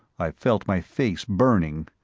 i felt my face burning.